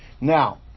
Now